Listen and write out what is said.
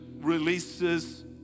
releases